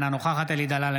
אינה נוכחת אלי דלל,